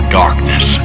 darkness